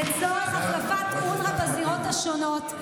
לצורך החלפת אונר"א בזירות השונות.